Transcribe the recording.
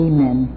Amen